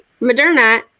Moderna